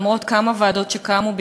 למרות כמה ועדות שקמו,